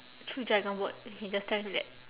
through dragon boat you can just tell him that